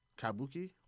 Kabuki